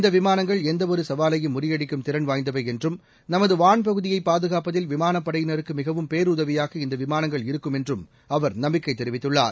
இந்த விமானங்கள் எந்தவொரு சவாலையும் முறியடிக்கும் திறன் வாய்ந்தவை என்றும் நமது வான் பகுதியை பாதுகாப்பதில் விமானப் படையினருக்கு மிகவும் பேருதவியாக இந்த விமானங்கள் இருக்கும் என்றும் அவர் நம்பிக்கை தெரிவித்துள்ளார்